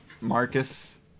Marcus